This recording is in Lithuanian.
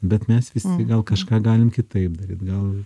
bet mes visi gal kažką galim kitaip daryt gal